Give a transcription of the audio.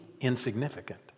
insignificant